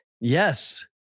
Yes